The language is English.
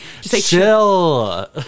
chill